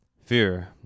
fear